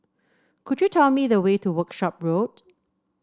could you tell me the way to Workshop Road